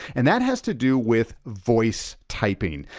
and that has to do with voice typing.